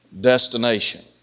destination